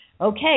okay